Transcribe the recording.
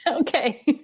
Okay